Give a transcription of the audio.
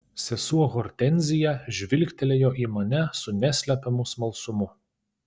sesuo hortenzija žvilgtelėjo į mane su neslepiamu smalsumu